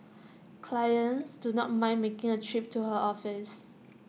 clients do not mind making A trip to her office